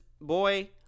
boy